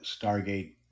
Stargate